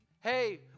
hey